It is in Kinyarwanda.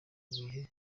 bihe